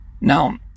Now